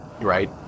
right